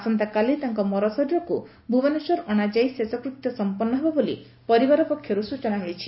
ଆସନ୍ତାକାଲି ତାଙ୍କ ମରଶରୀରକୁ ଭୁବନେଶ୍ୱର ଅଶାଯାଇ ଶେଷକୃତ୍ୟ ସମ୍ମନ୍ନ ହେବ ବୋଲି ପରିବାର ପକ୍ଷରୁ ସୂଚନା ମିଳିଛି